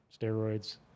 steroids